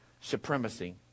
supremacy